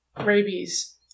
rabies